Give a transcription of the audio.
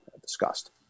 discussed